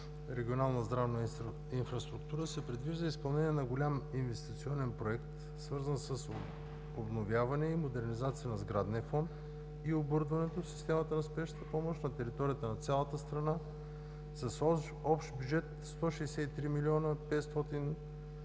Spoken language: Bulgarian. „Регионална здравна инфраструктура“, се предвижда изпълнение на голям инвестиционен проект, свързан с обновяване и модернизация на сградния фонд и оборудването в системата на спешната помощ на територията на цялата страна с общ бюджет 163 млн. 502